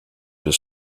des